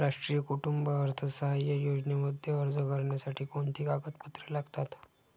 राष्ट्रीय कुटुंब अर्थसहाय्य योजनेमध्ये अर्ज करण्यासाठी कोणती कागदपत्रे लागतात?